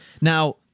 Now